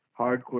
hardcore